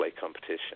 competition